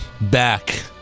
back